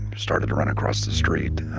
started to run across the street.